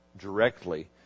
directly